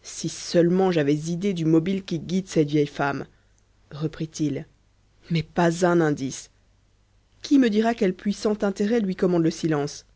si seulement j'avais idée du mobile qui guide cette vieille femme reprit-il mais pas un indice qui me dira quel puissant intérêt lui commande le silence